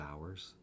hours